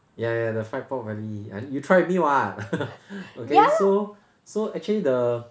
yeah yeah the fried pork belly I~ you try with me [what] okay so so actually the